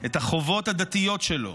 את החובות הדתיות שלו,